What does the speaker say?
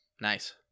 nice